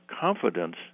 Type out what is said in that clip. confidence